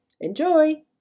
Enjoy